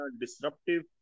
disruptive